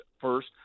first